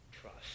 trust